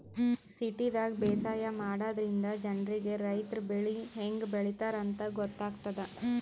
ಸಿಟಿದಾಗ್ ಬೇಸಾಯ ಮಾಡದ್ರಿನ್ದ ಜನ್ರಿಗ್ ರೈತರ್ ಬೆಳಿ ಹೆಂಗ್ ಬೆಳಿತಾರ್ ಅಂತ್ ಗೊತ್ತಾಗ್ತದ್